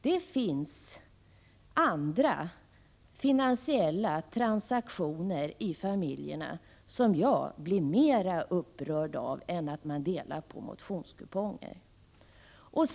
Det förekommer andra finansiella transaktioner i familjerna som jag blir mera upprörd av än att man delar på motionskuponger.